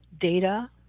data